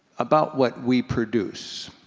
about what we produce,